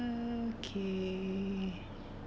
uh okay